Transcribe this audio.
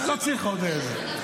לא צריך עוד זה.